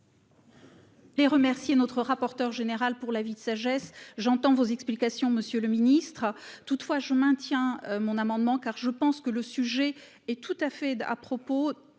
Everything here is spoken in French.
Je remercie notre rapporteur général pour l'avis de sagesse. J'entends vos explications, monsieur le ministre. Toutefois, je maintiens mon amendement, car je pense que le sujet est tout à fait à propos